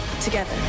together